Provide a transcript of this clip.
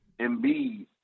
Embiid